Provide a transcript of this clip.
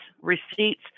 receipts